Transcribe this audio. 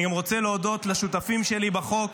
אני גם רוצה להודות לשותפים שלי בחוק,